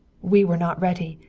we were not ready.